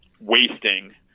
wasting